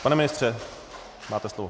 Pane ministře, máte slovo.